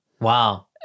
wow